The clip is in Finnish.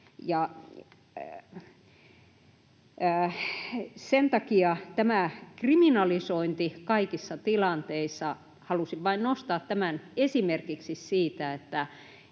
Sen takia tämä kriminalisointi kaikissa tilanteissa — halusin vain nostaa tämän esimerkiksi siitä, että